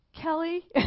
Kelly